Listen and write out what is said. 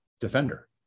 defender